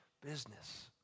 business